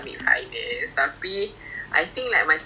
then I'm like !alamak! then you muslim pun nak buat duit